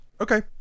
Okay